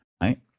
right